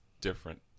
different